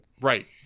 Right